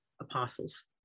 apostles